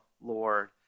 Lord